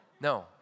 No